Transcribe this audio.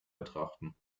betrachten